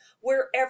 wherever